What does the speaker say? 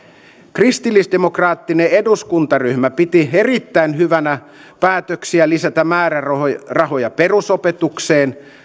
kristillisdemokraattinen eduskuntaryhmä piti erittäin hyvänä päätöksiä lisätä määrärahoja perusopetukseen